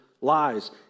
lies